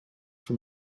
from